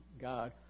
God